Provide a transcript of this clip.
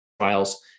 trials